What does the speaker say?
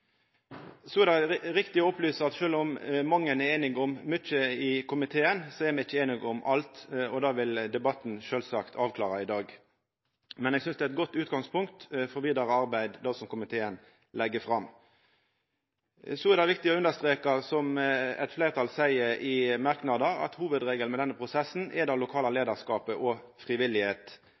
Så er det riktig å opplysa at sjølv om mange er einige om mykje i komiteen, er me ikkje einige om alt, og det vil debatten sjølvsagt avklara i dag. Men eg synest det som komiteen har lagt fram, er eit godt utgangspunkt for vidare arbeid. Så er det viktig å understreka, som eit fleirtal seier i merknadane, at hovudregelen i denne prosessen er det lokale leiarskapet og